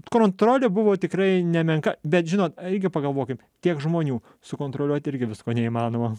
kontrolė buvo tikrai nemenka bet žinot irgi pagalvokim tiek žmonių sukontroliuoti irgi visko neįmanoma